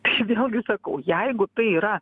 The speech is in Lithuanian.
aš vėlgi sakau jeigu tai yra